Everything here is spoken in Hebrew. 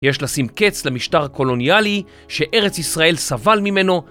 יש לשים קץ למשטר הקולוניאלי שארץ ישראל סבל ממנו